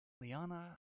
Liana